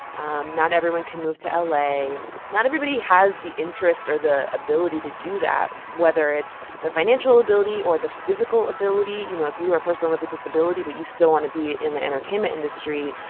um not everyone can move to la. not everybody has the interest or the ability to do that, whether it's the financial ability or the physical ability you know, if you are a person with a disability but you still want to be in the entertainment industry,